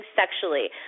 sexually